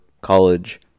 college